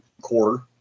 quarter